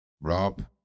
Rob